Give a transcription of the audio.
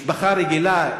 משפחה רגילה,